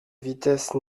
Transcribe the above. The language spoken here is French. vitesse